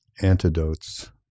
antidotes